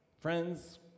Friends